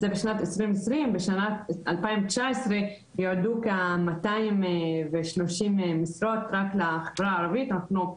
זה בשנת 2020. בשנת 2019 יועדו כ- 230 משרות רק לחברה הערבית.